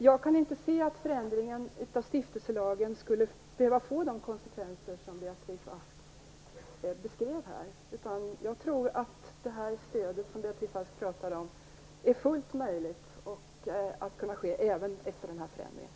Jag kan inte se att förändringen av stiftelselagen skulle behöva få de konsekvenser Beatrice Ask beskriver. Jag tror att stödet är fullt möjligt, och att det kan finnas kvar även efter förändringen.